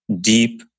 deep